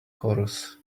chorus